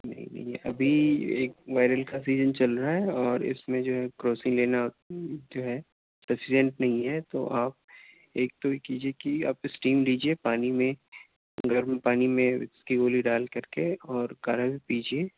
نہیں نہیں ابھی ایک وائرل کا سیزن چل رہا ہے اور اس میں جو ہے کروسین لینا جو ہے نہیں ہے تو آپ ایک تو یہ کیجیے کہ آپ اسٹیم لیجیے پانی میں گرم پانی میں اس کی گولی ڈال کر کے اور کاڑھا بھی پیجیے